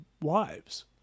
wives